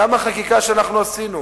גם החקיקה שאנחנו עשינו,